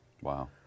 Wow